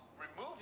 removing